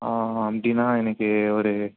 ஆ அப்படின்னா எனக்கு ஒரு